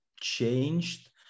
changed